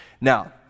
Now